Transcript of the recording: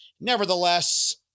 nevertheless